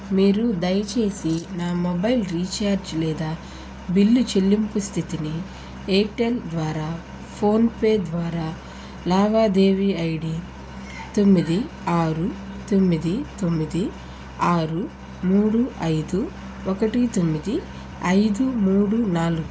మీరు దయచేసి నా మొబైల్ రీఛార్జ్ లేదా బిల్లు చెల్లింపు స్థితిని ఎయిర్టెల్ ద్వారా ఫోన్పే ద్వారా లావాదేవీ ఐడి తొమ్మిది ఆరు తొమ్మిది తొమ్మిది ఆరు మూడు ఐదు ఒకటి తొమ్మిది ఐదు మూడు నాలుగు